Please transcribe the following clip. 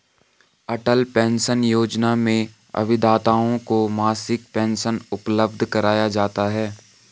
अटल pension योजना में अभिदाताओं को मासिक पेंशन उपलब्ध कराया जाता है